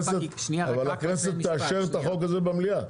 אבל הכנסת תאשר את החוק הזה במליאה,